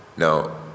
Now